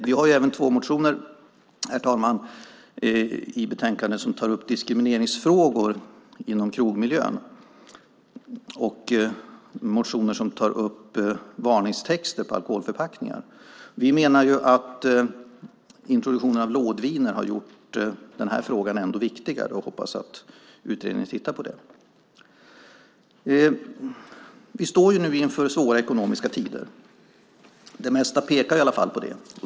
Vi har även två motioner i betänkandet som tar upp diskrimineringsfrågor inom krogmiljön och motioner som tar upp varningstexter på alkoholförpackningar. Vi menar att introduktionen av lådviner har gjort den här frågan ännu viktigare och hoppas att utredningen tittar på det. Vi står nu inför svåra ekonomiska tider. Det mesta pekar i alla fall på det.